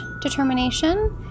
determination